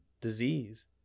disease